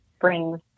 brings